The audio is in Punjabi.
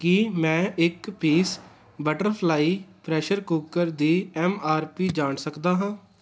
ਕੀ ਮੈਂ ਇੱਕ ਪੀਸ ਬਟਰਫ਼ਲਾਈ ਪ੍ਰੈਸ਼ਰ ਕੂਕਰ ਦੀ ਐੱਮ ਆਰ ਪੀ ਜਾਣ ਸਕਦਾ ਹਾਂ